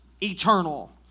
eternal